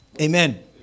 Amen